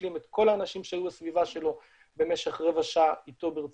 להשלים את כל האנשים שהיו בסביבה שלו במשך רבע שעה ברציפות,